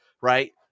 Right